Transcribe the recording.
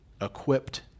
equipped